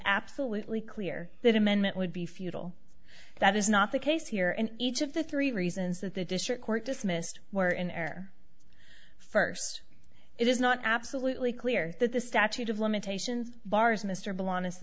absolutely clear that amendment would be futile that is not the case here and each of the three reasons that the district court dismissed were in air first it is not absolutely clear that the statute of limitations bars mr bill honest